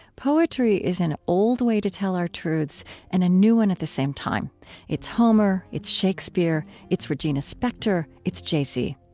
poetry is an old way to tell our truths and a new one at the same time it's homer, it's shakespeare, it's regina spektor, it's jay-z.